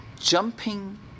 jumping